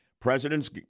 Presidents